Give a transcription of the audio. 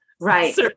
Right